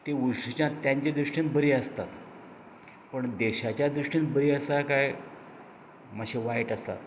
ती उदिश्टां तांचें दृश्टीन बरी आसतात पण देशांच्या दृश्टीन बरीं आसा काय मातशें वायट आसा